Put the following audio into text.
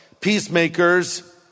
peacemakers